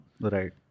right